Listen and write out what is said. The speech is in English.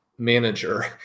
manager